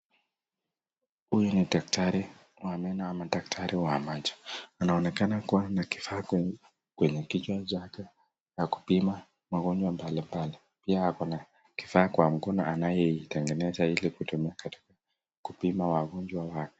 Huyu ni daktari wa meno ama daktari wa macho. Anaonekana kuwa na kifaa kwenye kichwa chake ya kupima magonjwa mbalimbali. Pia ako na kifaa kwa mkono anayeitengeneza ili kutumia kutumia katika kupima wagonjwa.